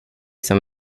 som